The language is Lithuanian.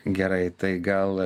gerai tai gal